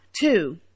Two